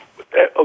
Okay